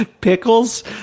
pickles